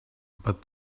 but